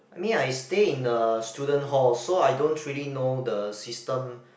I mean I stay in the student hall so I don't really know the system